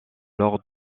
lors